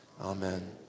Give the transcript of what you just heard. Amen